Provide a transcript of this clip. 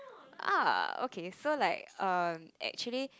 ah okay so like um actually